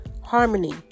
Harmony